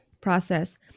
process